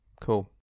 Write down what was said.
cool